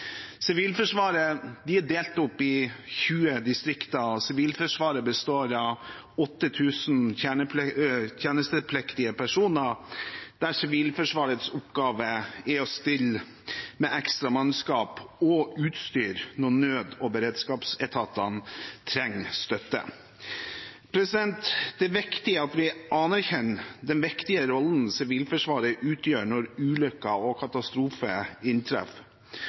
er delt opp i 20 distrikter og består av 8 000 tjenestepliktige personer, og Sivilforsvarets oppgave er å stille med ekstra mannskap og utstyr når nød- og beredskapsetatene trenger støtte. Det er viktig at vi anerkjenner den viktige rollen Sivilforsvaret utgjør når ulykker og